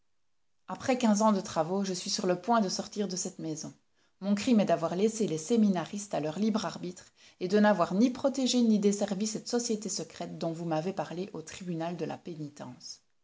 après quinze ans de travaux je suis sur le point de sortir de cette maison mon crime est d'avoir laissé les séminaristes à leur libre arbitre et de n'avoir ni protégé ni desservi cette société secrète dont vous m'avez parlé au tribunal de la pénitence